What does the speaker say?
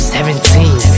Seventeen